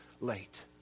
late